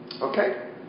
Okay